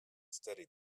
studied